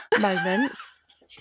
moments